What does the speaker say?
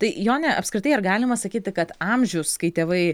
tai jone apskritai ar galima sakyti kad amžius kai tėvai